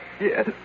Yes